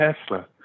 Tesla